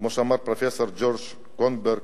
כמו שאמר פרופסור רוג'ר קורנברג,